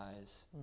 eyes